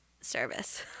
service